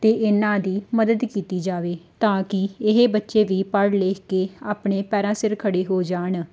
ਅਤੇ ਇਹਨਾਂ ਦੀ ਮਦਦ ਕੀਤੀ ਜਾਵੇ ਤਾਂ ਕਿ ਇਹ ਬੱਚੇ ਵੀ ਪੜ੍ਹ ਲਿਖ ਕੇ ਆਪਣੇ ਪੈਰਾਂ ਸਿਰ ਖੜੇ ਹੋ ਜਾਣ